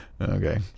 Okay